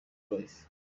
lyfe